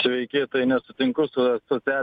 sveiki tai nesutinku su asociacijos atstovės nuomone